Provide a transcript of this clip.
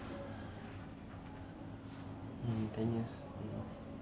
mm ten years yeah